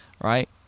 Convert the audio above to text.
Right